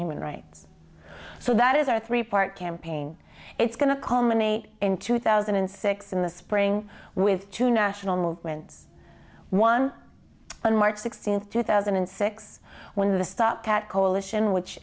human rights so that is our three part campaign it's going to call me in two thousand and six in the spring with two national movements one on march sixteenth two thousand and six when the stopped at coalition which